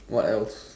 what else